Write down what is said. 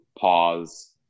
pause